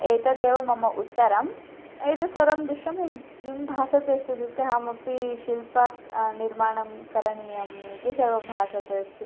एतदेव मम उत्तरम् एतत् सर्वं दुष्टं वयं किं भासते अस्ति इत्युक्ते अहमपि शिल्पं क निर्माणं करणीयम् इति सर्वं भासते अस्ति